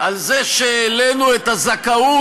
על זה שהעלינו את הזכאות,